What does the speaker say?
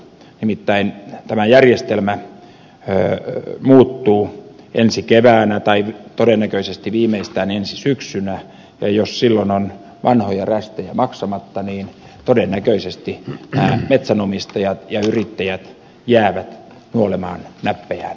nimittäin tämä järjestelmä muuttuu ensi keväänä tai todennäköisesti viimeistään ensi syksynä ja jos silloin on vanhoja rästejä maksamatta niin todennäköisesti nämä metsänomistajat ja yrittäjät jäävät nuolemaan näppejään